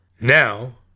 Now